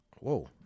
Whoa